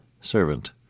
servant